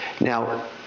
Now